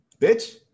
Bitch